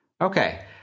Okay